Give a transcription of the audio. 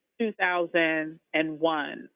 2001